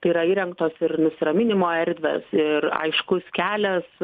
tai yra įrengtos ir nusiraminimo erdvės ir aiškus kelias